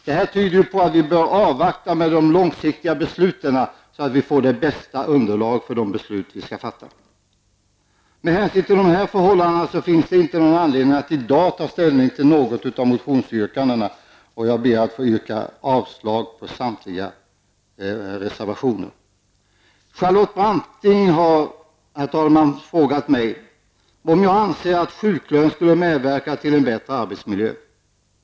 Det här tyder på att vi bör avvakta med de långsiktiga besluten, så att vi får det bästa underlaget för de beslut vi skall fatta. Med hänsyn till dessa förhållanden finns det inte någon anledning att i dag ta ställning till något av motionsyrkandena, och jag ber att få yrka avslag på samtliga reservationer. Charlotte Branting har frågat mig, om jag anser att sjuklön skulle medverka till en bättre arbetsmiljö.